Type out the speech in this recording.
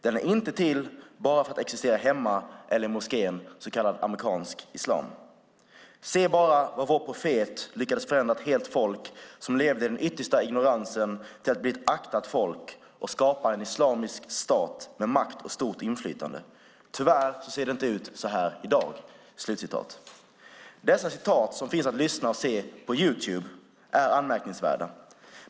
Den är inte till bara för att existera hemma eller i moskén, så kallad amerikansk islam. Se bara vad vår profet lyckades förändra ett helt folk som levde i den yttersta ignoransen till att bli ett aktat folk och skapa en islamisk stat, med makt och stort inflytande. Tyvärr så ser det inte ut såhär idag." Dessa uttalanden, som finns att lyssna på och se på Youtube, är anmärkningsvärda.